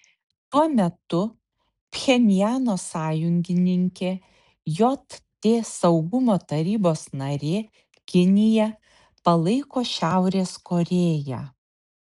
tuo metu pchenjano sąjungininkė jt saugumo tarybos narė kinija palaiko šiaurės korėją